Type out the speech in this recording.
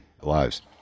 lives